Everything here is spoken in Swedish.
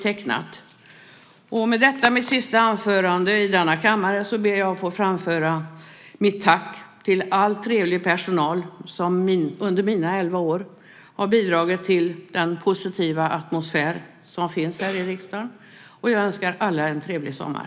Med detta mitt sista anförande i denna kammare ber jag att få framföra mitt tack till all trevlig personal som under mina elva år i riksdagen har bidragit till den positiva atmosfär som finns här i riksdagen, och jag önskar alla en trevlig sommar.